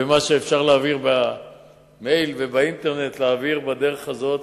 ומה שאפשר להעביר במייל ובאינטרנט להעביר בדרך הזאת,